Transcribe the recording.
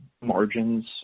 margins